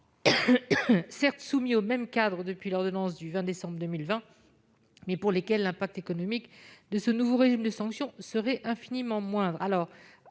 certes soumis au même cadre depuis l'ordonnance du 21 décembre 2020, mais pour lesquels l'impact économique de ce nouveau régime de sanction serait infiniment moindre.